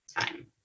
time